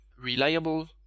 reliable